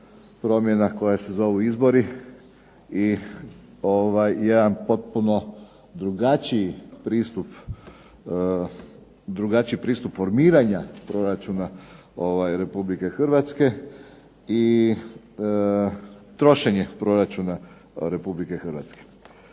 koja se zovu izbori, i jedan potpuno drugačiji pristup formiranja proračuna Republike Hrvatske, i trošenje proračuna Republike Hrvatske.